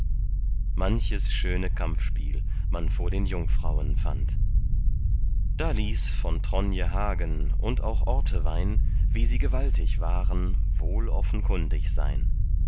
manches schöne kampfspiel man vor den jungfrauen fand da ließ von tronje hagen und auch ortewein wie sie gewaltig waren wohl offenkundig sein